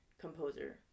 composer